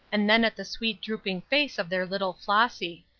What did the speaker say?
and then at the sweet drooping face of their little flossy.